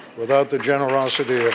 without the generosity